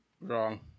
Wrong